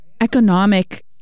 economic